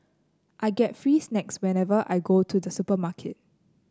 I get free snacks whenever I go to the supermarket